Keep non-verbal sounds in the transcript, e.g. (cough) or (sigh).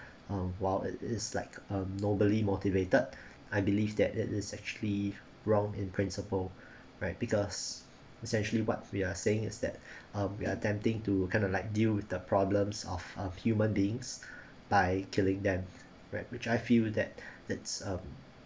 um while it is like um nobly motivated I believe that it is actually wrong in principle right because essentially what we are saying is that (breath) um we're attempting to kind of like deal with the problems of of human beings (breath) by killing them right which I feel that (breath) it's um